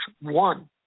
One